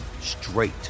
straight